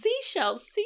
Seashells